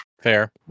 Fair